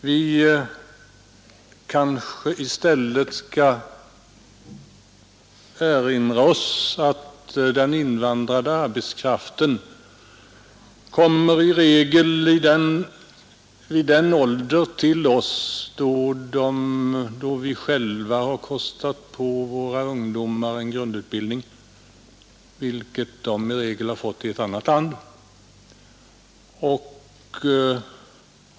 Vi kanske i stället skall erinra oss att den invandrade arbetskraften i regel kommer till oss i en ålder då de och deras jämnåriga i Sverige redan fått en grundutbildning.